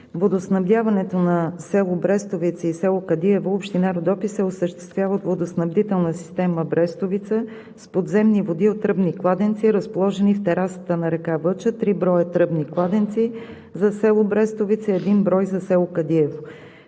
Водоснабдяването на село Брестовица и село Кадиево, община Родопи, се осъществява от Водоснабдителна система „Брестовица“ с подземни води от тръбни кладенци, разположени в терасата на река Въча – три броя тръбни кладенци за село Брестовица, един брой за село Кадиево.